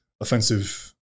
offensive